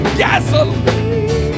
gasoline